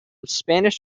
spanish